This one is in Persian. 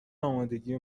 آمادگی